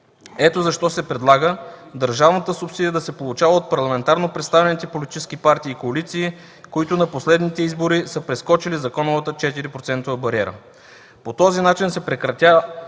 Ето защо се предлага държавната субсидия да се получава от парламентарно представените политически партии и коалиции, които на последните избори са прескочили законовата 4 процентова бариера. По този начин с прекратяване